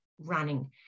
running